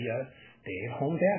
stay-at-home